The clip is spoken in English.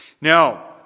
Now